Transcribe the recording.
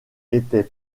était